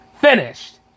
finished